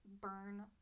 burn